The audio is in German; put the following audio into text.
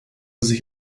sich